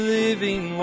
living